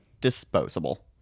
disposable